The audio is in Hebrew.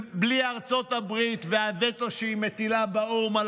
בלי ארצות הברית והווטו שהיא מטילה באו"ם על